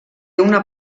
una